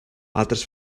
altres